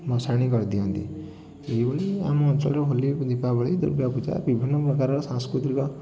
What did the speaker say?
ଭଷାଣି କରିଦିଅନ୍ତି ଏଇ ଭଳି ଆମ ଅଞ୍ଚଳରେ ହୋଲି ଦୀପାବଳି ଦୁର୍ଗାପୂଜା ବିଭିନ୍ନ ପ୍ରକାରର ସାଂସ୍କୃତିକ